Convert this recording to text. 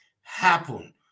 happen